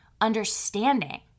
understanding